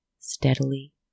steadily